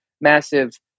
massive